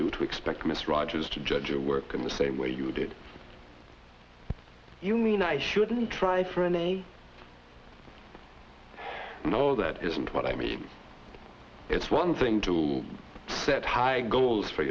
to expect mr rogers to judge your work in the same way you did you mean i shouldn't try for an a no that isn't what i mean it's one thing to set high goals for